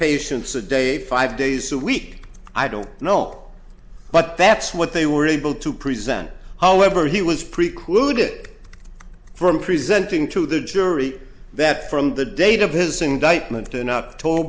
patients a day five days a week i don't know but that's what they were able to present however he was precluded from presenting to the jury that from the date of his indictment in